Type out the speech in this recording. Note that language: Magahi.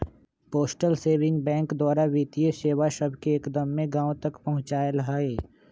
पोस्टल सेविंग बैंक द्वारा वित्तीय सेवा सभके एक्दम्मे गाँव तक पहुंचायल हइ